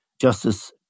Justice